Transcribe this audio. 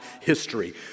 history